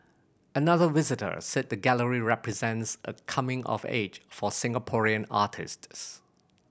another visitor said the gallery represents a coming of age for Singaporean artists